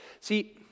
See